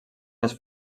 les